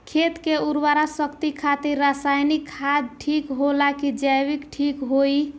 खेत के उरवरा शक्ति खातिर रसायानिक खाद ठीक होला कि जैविक़ ठीक होई?